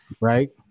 right